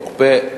מוקפא.